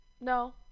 no